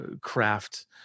craft